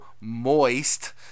moist